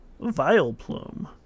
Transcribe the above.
Vileplume